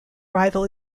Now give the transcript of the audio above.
rival